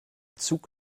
zug